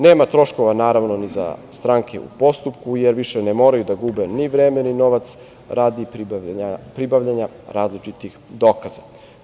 Nema troškova naravno ni za stranke u postupku, jer više ne moraju da gube ni vreme, ni novac radi pribavljanja različitih dokaza.